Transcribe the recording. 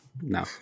no